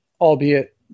Albeit